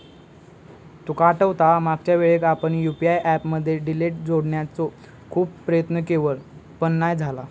तुका आठवता मागच्यावेळेक आपण यु.पी.आय ऍप मध्ये डिटेल जोडण्याचो खूप प्रयत्न केवल पण नाय झाला